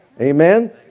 Amen